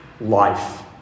life